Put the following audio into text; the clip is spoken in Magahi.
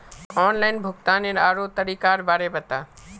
ऑनलाइन भुग्तानेर आरोह तरीकार बारे बता